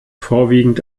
vorwiegend